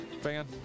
Fan